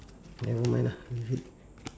never mind ah leave it